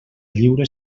lliure